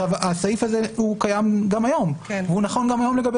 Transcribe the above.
הסעיף הזה קיים גם היום והוא נכון גם היום לגבי